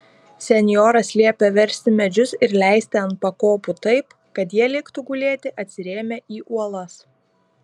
senjoras liepė versti medžius ir leisti ant pakopų taip kad jie liktų gulėti atsirėmę į uolas